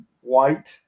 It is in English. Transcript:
White